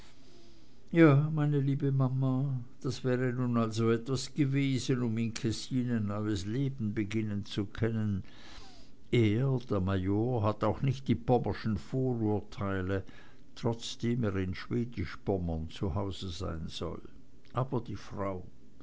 ja meine liebe mama das wäre nun also etwas gewesen um in kessin ein neues leben beginnen zu können er der major hat auch nicht die pommerschen vorurteile trotzdem er in schwedisch pommern zu hause sein soll aber die frau